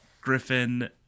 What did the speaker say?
Griffin